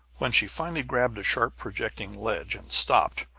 when she finally grabbed a sharp projecting ledge and stopped,